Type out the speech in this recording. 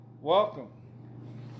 welcome